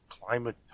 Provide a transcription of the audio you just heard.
climate